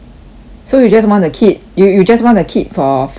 so you just want a kid you you just want a kid for four hours